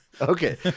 Okay